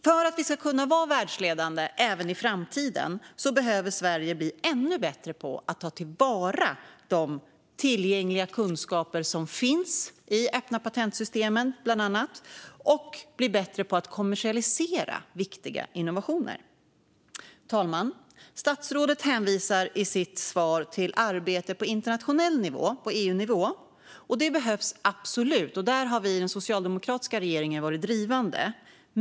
För att kunna vara världsledande även i framtiden behöver Sverige bli ännu bättre på att ta till vara de tillgängliga kunskaper som finns i de öppna patentsystemen, bland annat, och på att kommersialisera viktiga innovationer. Fru talman! Statsrådet hänvisar i sitt till arbete på internationell nivå, på EU-nivå, och det behövs absolut. Där var vi i den socialdemokratiska regeringen drivande.